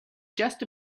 just